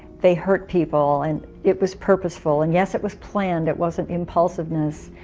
they hurt people and it was purposeful and yes it was planned, it wasn't impulsiveness.